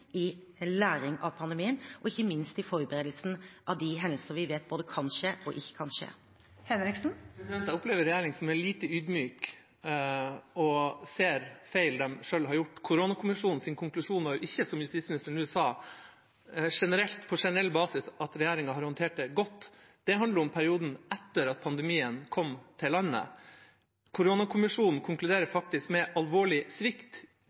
i læring av pandemien og ikke minst i forberedelsen av de hendelser vi vet både kan skje og ikke kan skje. Martin Henriksen – til oppfølgingsspørsmål. Jeg opplever regjeringa som lite ydmyk overfor å se feil de selv har gjort. Koronakommisjonens konklusjon er ikke, som justisministeren nå sa, på generell basis at regjeringa har håndtert det godt. Det handler om perioden etter at pandemien kom til landet. Koronakommisjonen konkluderer faktisk med alvorlig svikt